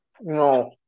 No